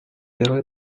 первые